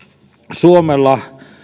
suomella